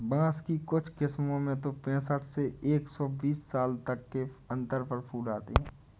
बाँस की कुछ किस्मों में तो पैंसठ से एक सौ बीस साल तक के अंतर पर फूल आते हैं